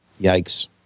Yikes